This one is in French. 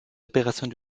opérations